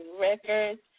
Records